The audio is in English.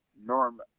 Norm